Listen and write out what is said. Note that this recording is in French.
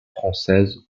françaises